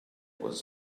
was